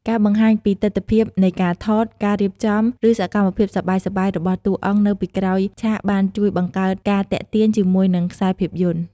ការបង្ហាញពីទិដ្ឋភាពនៃការថត ការរៀបចំ ឬសកម្មភាពសប្បាយៗរបស់តួអង្គនៅពីក្រោយឆាកបានជួយបង្កើតការទាក់ទាញជាមួយនឹងខ្សែភាពយន្ត។